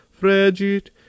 fregit